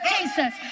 Jesus